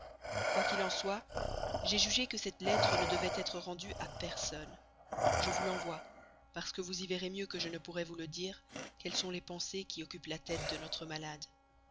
quoi qu'il en soit j'ai jugé que cette lettre ne devait être rendue à personne je vous l'envoie parce que vous y verrez mieux que je ne pourrais vous le dire quelles sont les pensées qui occupent la tête de notre malade